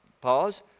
Pause